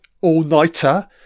all-nighter